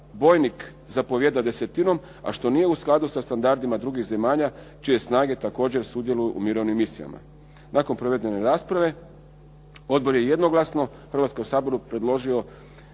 vojnik zapovijeda desetinom a što nije u skladu sa standardima drugih zemalja čije snage također sudjeluju u mirovnim misijama. Nakon provedene rasprave odbor je jednoglasno Hrvatskom saboru predložio